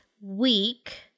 week